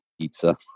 pizza